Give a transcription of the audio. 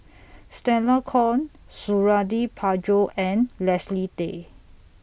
Stella Kon Suradi Parjo and Leslie Tay